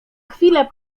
chwile